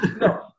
No